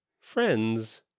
friends